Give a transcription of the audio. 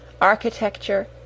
architecture